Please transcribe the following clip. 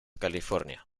california